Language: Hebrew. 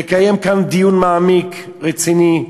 לקיים כאן דיון מעמיק, רציני,